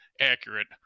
accurate